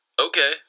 okay